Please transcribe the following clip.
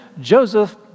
Joseph